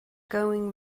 going